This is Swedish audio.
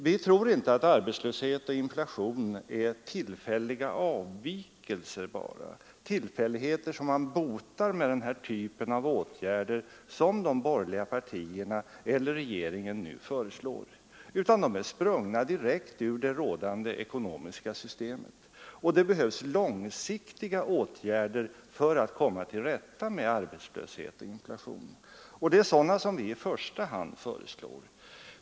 Vi tror inte att arbetslöshet och inflation bara är tillfälligheter som man botar med den här typen av åtgärder som de borgerliga partierna eller regeringen nu föreslår, utan de är sprungna direkt ur det rådande ekonomiska systemet. Det behövs långsiktiga åtgärder för att komma till rätta med arbetslöshet och inflation, och det är sådana åtgärder som vi i första hand föreslår.